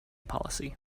policy